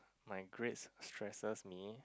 my grades stresses me